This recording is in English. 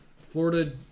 Florida